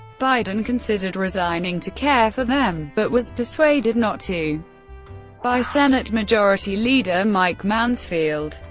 biden considered resigning to care for them, but was persuaded not to by senate majority leader mike mansfield.